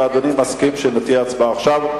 ואדוני מסכים שתהיה הצבעה עכשיו.